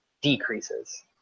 decreases